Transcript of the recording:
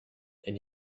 and